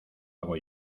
hago